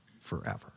forever